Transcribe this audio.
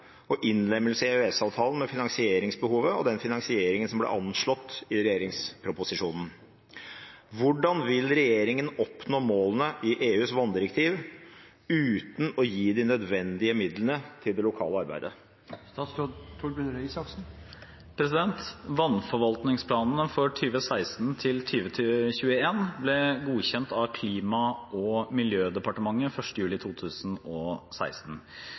og innlemmelse i EØS-avtalen med finansieringsbehovet og den finansieringen som ble anslått i regjeringsproposisjonen. Hvordan vil regjeringen oppnå målene i EUs vanndirektiv uten å gi de nødvendige midlene til det lokale arbeidet?» Vannforvaltningsplanene for 2016–2021 ble godkjent av Klima- og miljødepartementet 1. juli 2016.